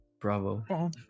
bravo